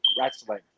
wrestling